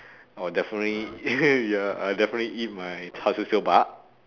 I will definitely ya I will definitely eat my char-siew sio-bak